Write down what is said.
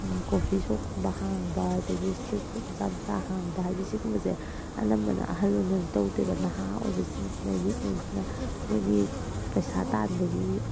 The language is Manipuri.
ꯀꯣꯐꯤ ꯁꯣꯞ ꯀꯨꯝꯕ ꯍꯥꯡꯕ ꯑꯗꯒꯤ ꯏꯁꯇ꯭ꯔꯤꯠ ꯐꯨꯗ ꯃꯆꯥ ꯃꯆꯥ ꯍꯥꯡꯕ ꯍꯥꯏꯗꯤ ꯁꯤꯒꯨꯝꯕꯁꯦ ꯑꯅꯝꯕꯅ ꯑꯍꯟꯂꯣꯟꯅꯗꯤ ꯇꯧꯗꯦꯕ ꯅꯍꯥ ꯑꯣꯏꯕꯁꯤꯡꯁꯤꯅ ꯌꯨꯠꯉꯩꯁꯤꯅ ꯃꯣꯏꯒꯤ ꯄꯩꯁꯥ ꯇꯥꯟꯕꯒꯤ